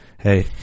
Hey